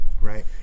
Right